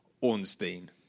Ornstein